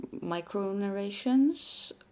micro-narrations